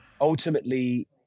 Ultimately